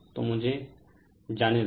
तो मुझे जाने दो